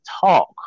talk